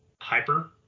hyper